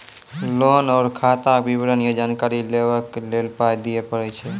Loan आर खाताक विवरण या जानकारी लेबाक लेल पाय दिये पड़ै छै?